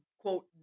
quote